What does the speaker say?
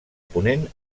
ponent